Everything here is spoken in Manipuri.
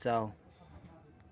ꯆꯥꯎ